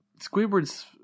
Squidward's